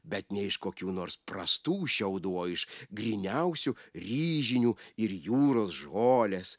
bet ne iš kokių nors prastų šiaudų o iš gryniausių ryžinių ir jūros žolės